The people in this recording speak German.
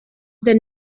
den